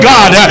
God